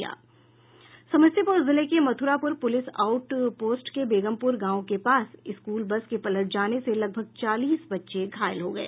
समस्तीपुर जिले के Mathurapur police outpost के बेगमपुर गांव के पास स्कूल बस के पलट जाने से लगभग चालीस बच्चे घायल हो गये